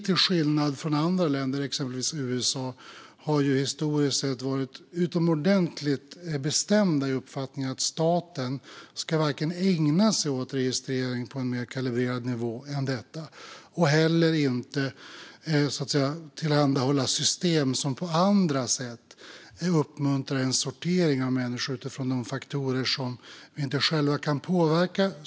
Till skillnad från andra länder, exempelvis USA, har Sverige historiskt sett varit utomordentligt bestämt i uppfattningen att staten inte ska ägna sig åt registrering på en mer kalibrerad nivå än detta och heller inte tillhandahålla system som på andra sätt uppmuntrar en sortering av människor utifrån de faktorer som vi inte själva kan påverka.